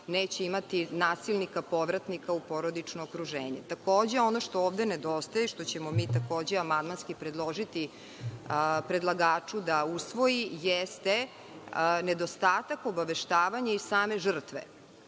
neće imati nasilnika povratnika u porodično okruženje? Takođe, ono što ovde nedostaje i što ćemo mi takođe amandmanski predložiti predlagaču da usvoji jeste nedostatak obaveštavanja i same žrtve.